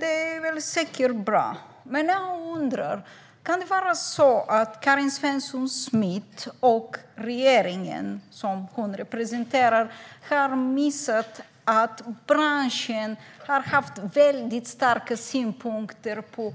Det är säkert bra, men jag undrar om Karin Svensson Smith och regeringen, som hon representerar, har missat att branschen har haft mycket starka synpunkter på